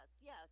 Yes